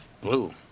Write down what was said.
Blue